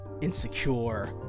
insecure